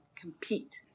compete